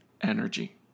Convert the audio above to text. energy